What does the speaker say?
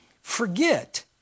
forget